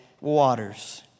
waters